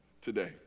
today